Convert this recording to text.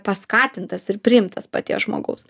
paskatintas ir priimtas paties žmogaus